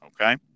okay